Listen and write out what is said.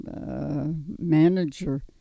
manager